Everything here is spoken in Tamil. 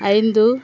ஐந்து